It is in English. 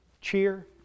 cheer